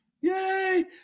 Yay